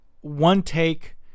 one-take